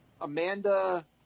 Amanda